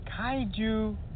Kaiju